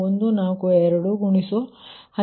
50